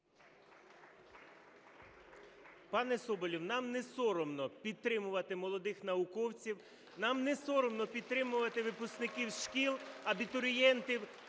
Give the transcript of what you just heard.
Пане Соболєв, нам не соромно підтримувати молодих науковців, нам не соромно підтримувати випускників шкіл, абітурієнтів,